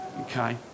Okay